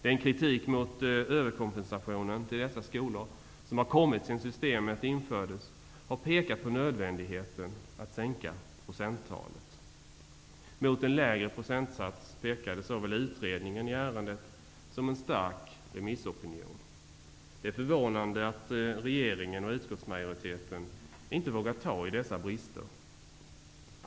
Den kritik mot överkompensationen till dessa skolor som kommit sedan systemet infördes har pekat på nödvändigheten av att sänka procenttalet. Såväl utredningen i ärendet som en stark remissopinion pekade mot en lägre procentsats. Det är förvånande att regeringen och utskottsmajoriteten inte vågar ta i dessa brister.